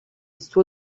suo